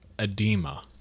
edema